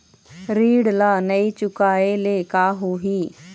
ऋण ला नई चुकाए ले का होही?